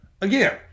again